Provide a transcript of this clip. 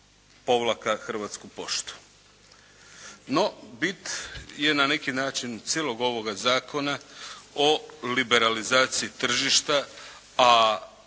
– Hrvatsku poštu.". No, bit je na neki način, cijeloga ovoga zakona o liberalizaciji tržišta a